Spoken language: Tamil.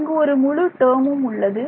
இங்கு ஒரு முழு டேர்மும் உள்ளது